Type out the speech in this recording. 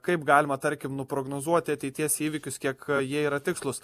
kaip galima tarkim nuprognozuoti ateities įvykius kiek jie yra tikslūs